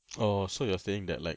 oh so you are saying that like